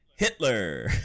Hitler